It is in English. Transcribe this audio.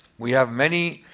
we have many